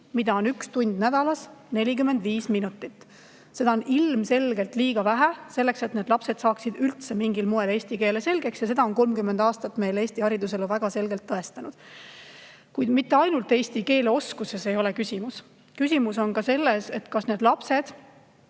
mida on üks tund nädalas 45 minutit. Seda on ilmselgelt liiga vähe selleks, et need lapsed saaksid mingilgi moel eesti keele selgeks. Ja seda on meile 30 aastat Eesti hariduselus väga selgelt tõestanud. Kuid mitte ainult eesti keele oskuses ei ole küsimus. Küsimus on selles, kas need lapsed,